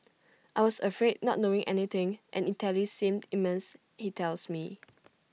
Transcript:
I was afraid not knowing anything and Italy seemed immense he tells me